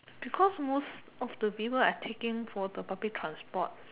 because most of the people are taking for the public transport